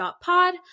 Pod